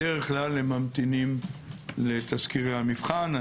בדרך כלל הם ממתינים לתסקירי המבחן.